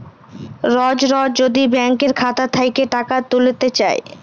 রজ রজ যদি ব্যাংকের খাতা থ্যাইকে টাকা ত্যুইলতে চায়